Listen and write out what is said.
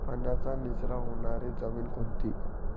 पाण्याचा निचरा होणारी जमीन कोणती?